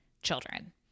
children